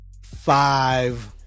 Five